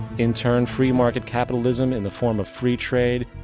in turn, free market capitalism in the form of free trade,